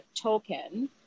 token